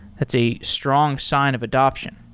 that's a strong sign of adaption.